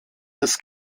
des